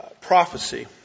prophecy